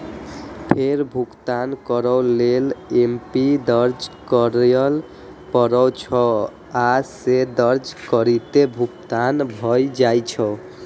फेर भुगतान करै लेल एमपिन दर्ज करय पड़ै छै, आ से दर्ज करिते भुगतान भए जाइ छै